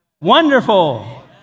Wonderful